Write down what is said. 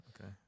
Okay